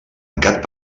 tancat